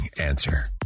Answer